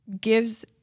gives